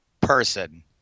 person